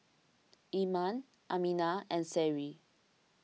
Iman Aminah and Seri